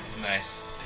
Nice